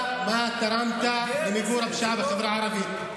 מה תרמת לחברה, למיגור הפשיעה בחברה הערבית?